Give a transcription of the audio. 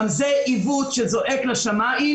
גם זה עיוות שזועק לשמיים,